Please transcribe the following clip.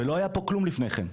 ולא היה פה כלום לפני כן.